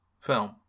film